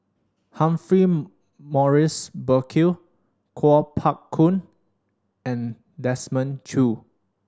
Humphrey Morrison Burkill Kuo Pao Kun and Desmond Choo